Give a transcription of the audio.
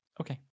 Okay